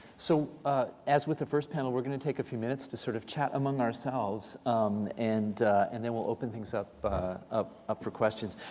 so as with the first panel, we're going to take a few minutes to sort of chat among ourselves um and and then we'll open things up up for questions.